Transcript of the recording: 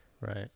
Right